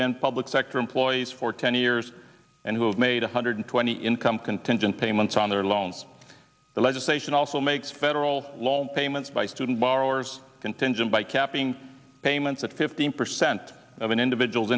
been public sector employees for ten years and who have made one hundred twenty income contingent payments on their loans the legislation also makes federal loan payments by student borrowers contingent by capping payments at fifteen percent of an individual's